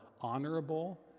honorable